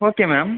okay ma'am